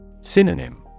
Synonym